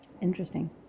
Interesting